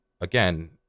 again